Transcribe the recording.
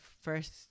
first